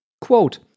Quote